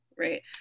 Right